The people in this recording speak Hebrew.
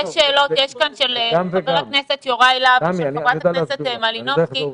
של חבר הכנסת יוראי להב ושל חברת הכנסת מלינובסקי.